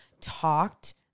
talked